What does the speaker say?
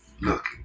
Look